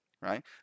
right